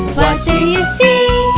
you see?